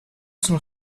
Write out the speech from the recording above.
sono